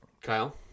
Kyle